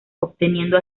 obteniendo